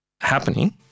happening